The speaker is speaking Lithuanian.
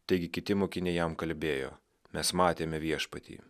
taigi kiti mokiniai jam kalbėjo mes matėme viešpatį